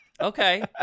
Okay